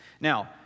Now